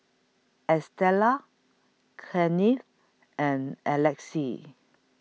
Estella Kenneth and Alexis